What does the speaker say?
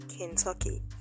Kentucky